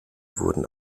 wurden